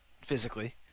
physically